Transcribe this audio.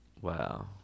wow